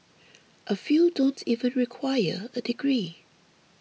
a few don't even require a degree